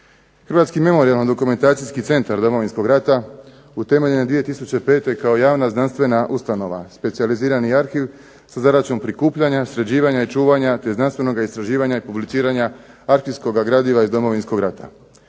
Hrvatski memorijalno-dokumentacijski centar Domovinskog rata utemeljen 2005. kao javna znanstvena ustanova specijalizirani arhiv sa zadaćom prikupljanja, sređivanja i čuvanja te znanstvenoga istraživanja i publiciranja arhivskoga gradiva iz Domovinskog rata.